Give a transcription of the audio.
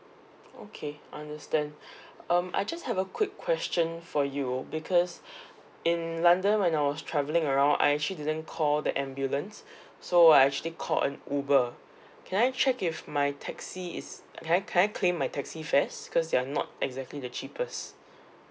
okay understand um I just have a quick question for you because in london when I was travelling around I actually didn't call the ambulance so I actually called an uber can I check if my taxi is can I can I claim my taxi fares because they're not exactly the cheapest